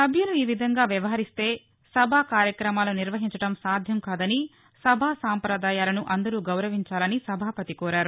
సభ్యులు ఈ విధంగా వ్యవహరిస్తే సభ కార్యక్రమాలు నిర్వహించడం సాధ్యం కాదని సభ సాంప్రదాయాలను అందరూ గౌరవించాలని సభాపతి కోరారు